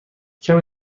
کمی